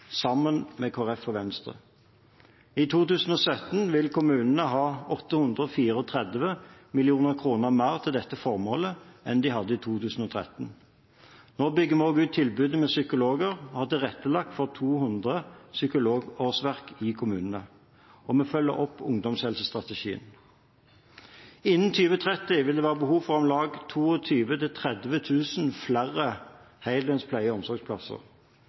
sammen med Kristelig Folkeparti og Venstre. I 2017 vil kommunene ha 834 mill. kr mer til dette formålet enn de hadde i 2013. Nå bygger vi også ut tilbudet med psykologer og har tilrettelagt for 200 psykologårsverk i kommunene. Og vi følger opp ungdomshelsestrategien. Innen 2030 vil det være behov for om lag 22 000–30 000 flere heldøgns pleie- og omsorgsplasser.